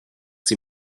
sie